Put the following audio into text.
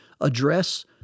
Address